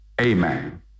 amen